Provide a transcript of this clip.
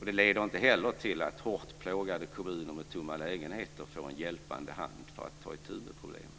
Det leder inte heller till att hårt plågade kommuner med tomma lägenheter får en hjälpande hand för att ta itu med problemen.